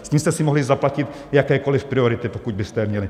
S tím jste si mohli zaplatit jakékoliv priority, pokud byste je měli.